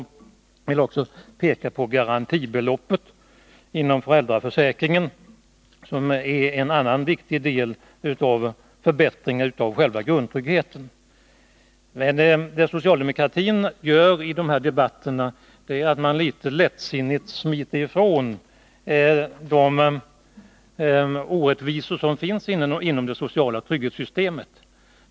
Jag vill också peka på garantibeloppet inom föräldraförsäkringen, som är en annan viktig del av förbättringen av själva grundtryggheten. Socialdemokraterna smiter i dessa debatter litet lättsinnigt ifrån de orättvisor som finns inom det sociala trygghetssystemet.